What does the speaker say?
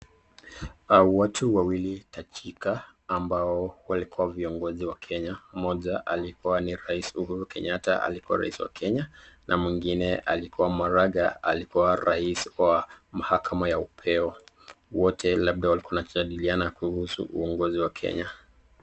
Hawa watu wawili tajika ambao walikuwa viongozi wa Kenya . Mmoja alikuwa rais Uhuru Kenyatta alikuwa rais wa Kenya na mwingine alikuwa Maraga alikuwa rais wa mahakama ya upeo. Wote labda walikuwa wanajadiliana kuhusu uongozi wa Kenya.